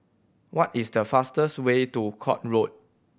what is the fastest way to Court Road